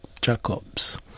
Jacobs